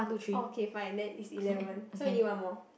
oh okay fine then it's eleven so you need one more